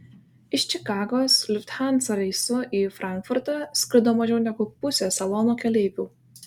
iš čikagos lufthansa reisu į frankfurtą skrido mažiau negu pusė salono keleivių